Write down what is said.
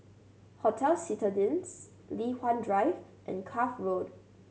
Hotel Citadines Li Hwan Drive and Cuff Road